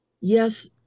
Yes